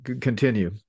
continue